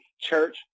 Church